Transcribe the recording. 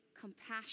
compassion